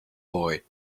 boy